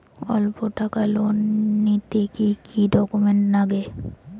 অল্প টাকার লোন নিলে কি কি ডকুমেন্ট লাগে?